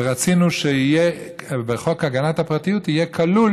ורצינו שבחוק הגנת הפרטיות יהיה כלול: